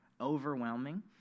overwhelming